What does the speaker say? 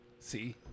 See